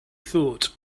thought